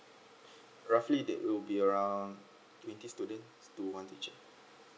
roughly they will be around twenty students to one teacher